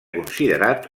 considerat